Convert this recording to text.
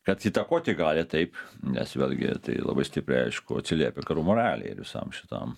kad įtakoti gali taip nes vėlgi tai labai stipriai aišku atsiliepia karų moralei ir visam šitam